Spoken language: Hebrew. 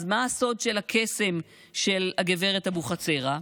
אז מה הסוד הקסם של גב' אבוחצירא?